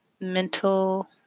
mental